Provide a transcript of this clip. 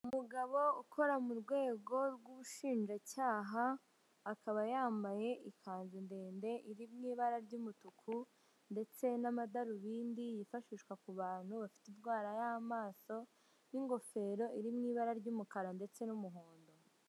Umugabo ukora mu rwego rw'ubushinjacyaha, akaba yambaye ikanzu ndende iri mw'ibara ry'umutuku, ndetse n'amadarubindi yifashishwa ku bantu bafite indwara y'amaso, n'ingofero iri mw'ibara ry'umukara ndetse n'umuhondo.